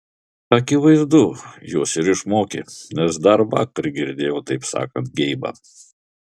akivaizdu jos ir išmokė nes dar vakar girdėjau taip sakant geibą